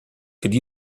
could